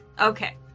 Okay